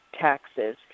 taxes